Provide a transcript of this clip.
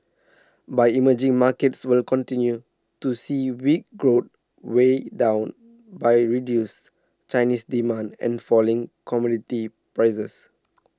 but emerging markets will continue to see weak growth weighed down by reduced Chinese demand and falling commodity prices